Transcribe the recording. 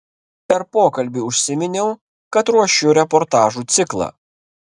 per pokalbį užsiminiau kad ruošiu reportažų ciklą